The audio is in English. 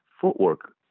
footwork